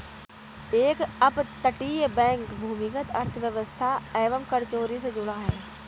क्या अपतटीय बैंक भूमिगत अर्थव्यवस्था एवं कर चोरी से जुड़ा है?